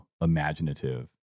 imaginative